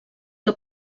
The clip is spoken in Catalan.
que